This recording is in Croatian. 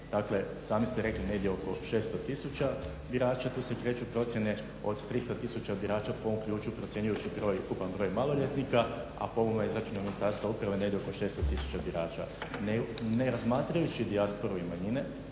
Dakle, sami ste rekli negdje oko 600 000 birača, tu se kreću procjene, od 300 000 birača po ovom ključu procjenjujući ukupan broj maloljetnika, a po ovom izračunu Ministarstva uprave negdje oko 600 000 birača ne razmatrajući dijasporu i manjine.